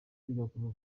bigakorwa